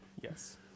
yes